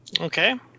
Okay